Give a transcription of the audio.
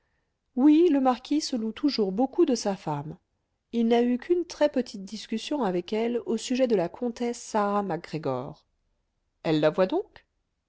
oui le marquis se loue toujours beaucoup de sa femme il n'a eu qu'une très-petite discussion avec elle au sujet de la comtesse sarah mac gregor elle la voit donc